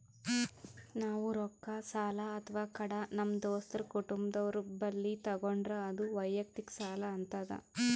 ನಾವ್ ರೊಕ್ಕ ಸಾಲ ಅಥವಾ ಕಡ ನಮ್ ದೋಸ್ತರು ಕುಟುಂಬದವ್ರು ಬಲ್ಲಿ ತಗೊಂಡ್ರ ಅದು ವಯಕ್ತಿಕ್ ಸಾಲ ಆತದ್